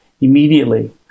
immediately